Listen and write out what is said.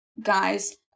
guys